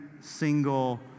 single